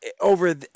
over